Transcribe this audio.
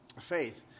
faith